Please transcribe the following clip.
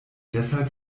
deshalb